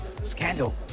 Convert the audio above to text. Scandal